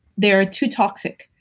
they're too toxic.